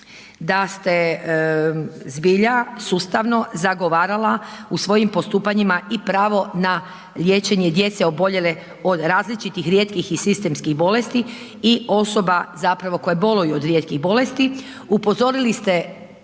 da ste zbilja sustavno zagovarala u svojim postupanjima i pravo na liječenje djece oboljele od različitih rijetkih i sistemskih bolesti i osoba zapravo koje boluju od rijetkih bolesti, upozorili ste